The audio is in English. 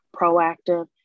proactive